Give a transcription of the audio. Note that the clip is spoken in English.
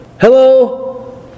Hello